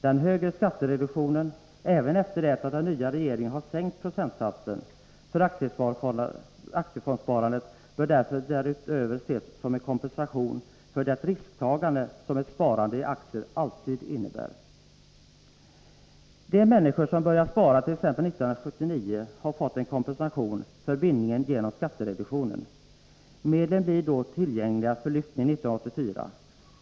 Den högre skattereduktionen, även efter det att den nya regeringen har sänkt procentsatsen, för aktiefondsparandet bör därutöver ses som en kompensation för det risktagande som ett sparande i aktier alltid innebär. De människor som började spara t.ex. 1979 har fått en kompensation för bindningen genom skattereduktionen. Medlen blir då tillgängliga för lyftning 1984.